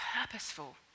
purposeful